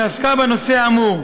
שעסקה בנושא האמור.